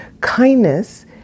kindness